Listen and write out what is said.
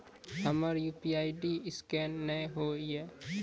हमर UPI scan नेय हो या?